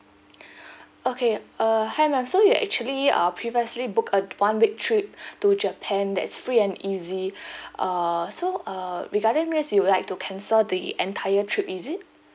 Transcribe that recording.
okay uh hi ma'am so you actually uh previously book a one week trip to japan that's free and easy uh so uh regarding this you would like to cancel the entire trip is it